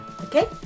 Okay